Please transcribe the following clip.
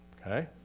Okay